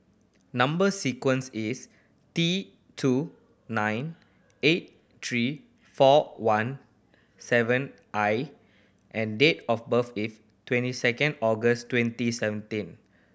number sequence is T two nine eight three four one seven I and date of birth is twenty second August twenty seventeen